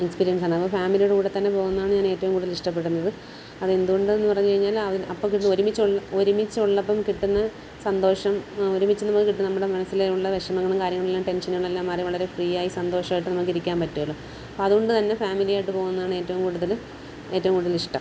experience ആണ് അത് ഫാമിലിയുടെ കൂടെ തന്നെ പോകുന്നതാണ് ഞാൻ ഏറ്റവും കൂടുതൽ ഇഷ്ടപ്പെടുന്നത് അതെന്ത്കൊണ്ടെന്ന് പറഞ്ഞ്കഴിഞ്ഞാൽ അപ്പം കിട്ടുന്ന ഒരുമിച്ചുള്ള ഒരിമിച്ചുള്ള ഇപ്പം കിട്ടുന്ന സന്തോഷം ഒരുമിച്ച് നമുക്ക് കിട്ടുന്ന നമ്മുടെ മനസ്സിലെ ഉള്ള വിഷമങ്ങളും കാര്യങ്ങളെല്ലാം ടെൻഷനുകളും എല്ലാം മാറി വളരെ ഫ്രീ ആയി സന്തോഷം ആയിട്ട് നമുക്ക് ഇരിക്കാൻ പറ്റുമല്ലോ ഇപ്പം അതുകൊണ്ട് തന്നെ ഫാമിലി ആയിട്ട് പോകുന്നതാണ് ഏറ്റവും കൂടുതൽ ഏറ്റവും കൂടുതൽ ഇഷ്ടം